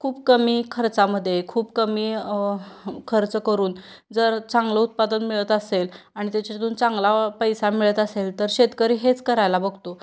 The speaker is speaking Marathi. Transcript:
खूप कमी खर्चामध्ये खूप कमी खर्च करून जर चांगलं उत्पादन मिळत असेल आणि त्याच्यातून चांगला पैसा मिळत असेल तर शेतकरी हेच करायला बघतो